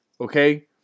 Okay